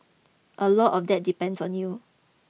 a lot of that depends on you